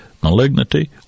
malignity